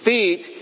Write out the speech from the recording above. Feet